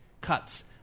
cuts